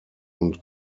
und